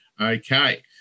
okay